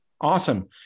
Awesome